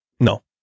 No